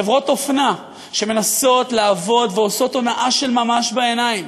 חברות אופנה שמנסות לעבוד ועושות הונאה של ממש בעיניים